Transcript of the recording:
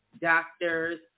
doctors